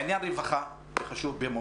בעניין הרווחה, חשוב לי מאוד.